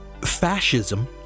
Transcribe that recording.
Fascism